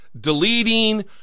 deleting